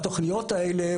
התוכניות האלה,